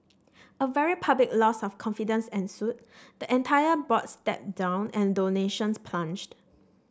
a very public loss of confidence ensued the entire board stepped down and donations plunged